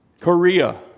Korea